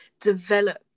develop